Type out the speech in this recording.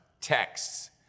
texts